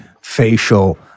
facial